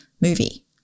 movie